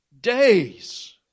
days